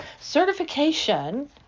certification